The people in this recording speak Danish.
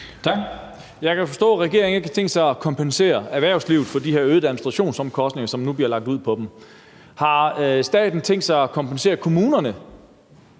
Jeg kan jo forstå, at regeringen ikke har tænkt sig at kompensere erhvervslivet for de her øgede administrationsomkostninger, som nu bliver lagt på det. Har staten tænkt sig at kompensere kommunerne?